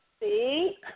See